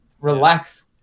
relax